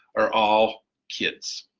are all kids.